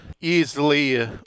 easily